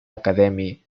academy